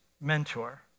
mentor